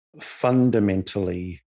fundamentally